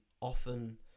often